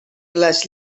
les